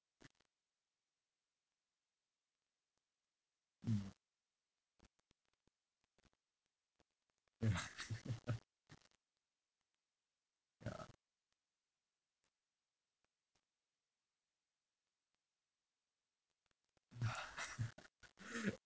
mm ya ya ya